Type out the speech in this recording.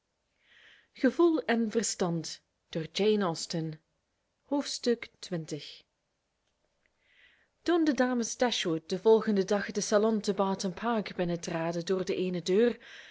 xx toen de dames dashwood den volgenden dag den salon te barton park binnen traden door de ééne deur